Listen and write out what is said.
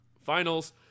finals